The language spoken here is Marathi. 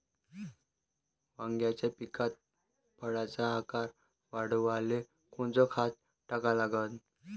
वांग्याच्या पिकात फळाचा आकार वाढवाले कोनचं खत टाका लागन?